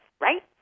right